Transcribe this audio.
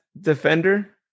defender